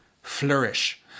Flourish